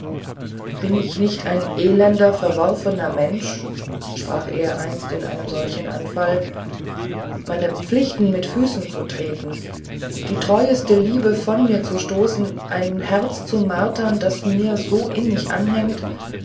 bin ich nicht ein elender verworfener mensch sprach er einst in einem solchen anfall meine pflichten mit füßen zu treten die treueste liebe von mir zu stoßen ein herz zu martern das mir so innig anhängt